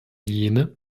jene